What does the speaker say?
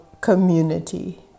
community